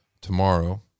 tomorrow